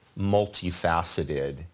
multifaceted